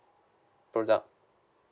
product